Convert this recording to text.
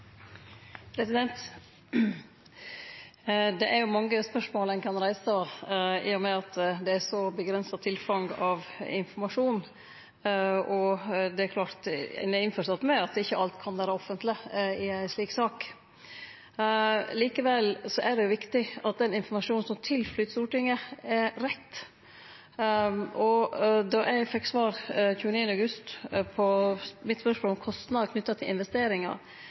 mange spørsmål ein kan reise, i og med at det er eit så avgrensa tilfang av informasjon. Eg er innforstått med at ikkje alt kan vere offentleg i ei slik sak. Likevel er det viktig at den informasjonen som kjem til Stortinget, er rett. Då eg fekk svar den 29. august på spørsmålet mitt om kostnader knytte til investeringar,